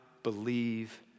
Believe